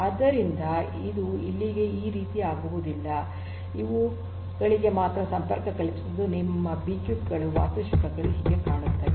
ಆದ್ದರಿಂದ ಇದು ಇಲ್ಲಿಗೆ ಈ ರೀತಿ ಆಗುವುದಿಲ್ಲ ಆದ್ದರಿಂದ ಇವುಗಳಿಗೆ ಮಾತ್ರ ಸಂಪರ್ಕ ಕಲ್ಪಿಸಲಿದ್ದು ನಿಮ್ಮ ಬಿಕ್ಯೂಬ್ ವಾಸ್ತುಶಿಲ್ಪವು ಹೀಗೆ ಕಾಣುತ್ತದೆ